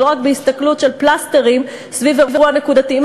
ולא רק בהסתכלות של פלסטרים סביב אירוע נקודתי.